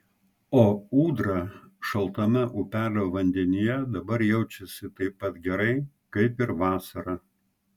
o ūdra šaltame upelio vandenyje dabar jaučiasi taip pat gerai kaip ir vasarą